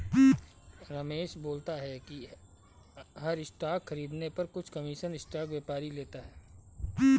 रमेश बोलता है कि हर स्टॉक खरीदने पर कुछ कमीशन स्टॉक व्यापारी लेता है